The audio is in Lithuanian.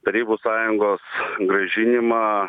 tarybų sąjungos grąžinimą